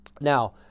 Now